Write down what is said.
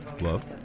love